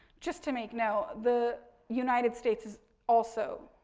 just to make note, the united states is also,